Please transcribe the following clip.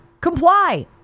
comply